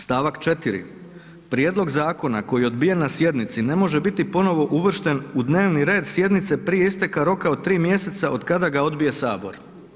Stavak 4.: „Prijedlog zakona koji je odbijen na sjednici ne može biti ponovno uvršten u dnevni red sjednice prije isteka roka od 3 mjeseca otkada ga odbije Sabor.